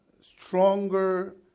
stronger